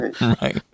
right